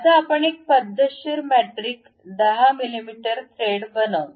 आता आपण एक पद्धतशीर मेट्रिक 10 मिमी थ्रेड बनवू